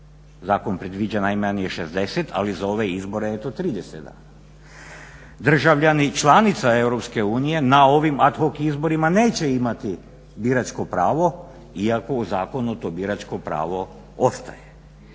zakon predviđa najmanje 60, ali za ove izbore je to 30 dana. Državljani članica EU na ovim ad hoc izborima neće imati biračko pravo iako u zakonu to biračko pravo ostaje.